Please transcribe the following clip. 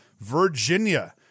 Virginia